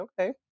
okay